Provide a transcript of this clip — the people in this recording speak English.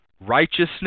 Righteousness